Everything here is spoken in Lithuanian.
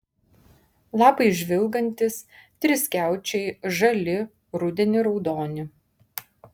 lapai žvilgantys triskiaučiai žali rudenį raudoni